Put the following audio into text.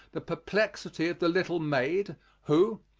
the perplexity of the little maid, who,